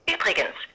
Übrigens